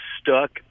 stuck